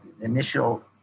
initial